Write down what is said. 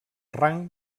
rang